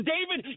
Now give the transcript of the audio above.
David